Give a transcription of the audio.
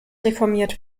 reformiert